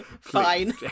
Fine